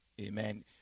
Amen